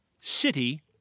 city